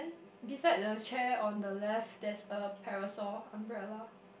beside the chair on the left there's a parasol umbrella